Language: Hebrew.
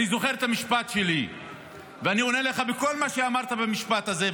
אני זוכר את המשפט שלי ואני עונה לך בכל מה שאמרת במשפט הזה,